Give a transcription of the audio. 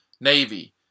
Navy